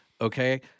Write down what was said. Okay